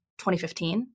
2015